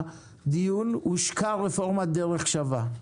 הושקה רפורמת "דרך שווה",